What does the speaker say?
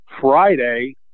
Friday